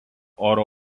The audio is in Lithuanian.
oro